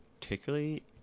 particularly